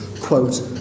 quote